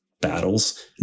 battles